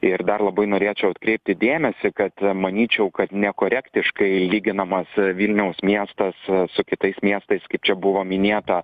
ir dar labai norėčiau atkreipti dėmesį kad manyčiau kad nekorektiškai lyginamas vilniaus miestas su kitais miestais kaip čia buvo minėta